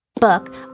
book